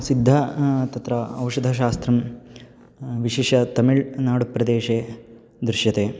सिद्धं तत्र औषधशास्त्रं विशिष्य तमिळ्नाडुप्रदेशे दृश्यते